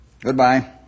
Goodbye